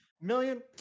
million